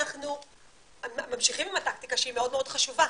אנחנו ממשיכים עם הטקטיקה, שהיא מאוד מאוד חשובה,